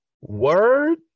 word